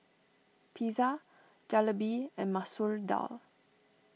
Pizza Jalebi and Masoor Dal